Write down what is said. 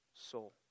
soul